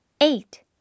Eight